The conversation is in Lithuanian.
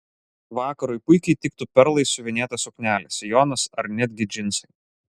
vakarui puikiai tiktų perlais siuvinėta suknelė sijonas ar netgi džinsai